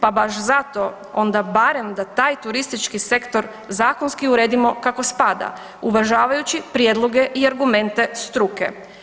Pa baš zato onda barem da taj turistički sektor zakonski uredimo kako spada uvažavajući prijedloge i argumente struke.